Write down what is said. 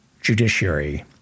Judiciary